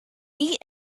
eat